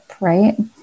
right